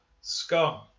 Scum